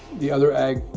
the other egg,